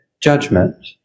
judgment